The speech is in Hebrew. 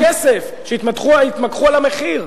שיתמקחו על הכסף, שיתמקחו על המחיר.